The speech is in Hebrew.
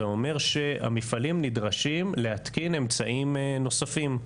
זה אומר שהמפעלים נדרשים להתקין אמצעים נוספים.